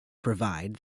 provide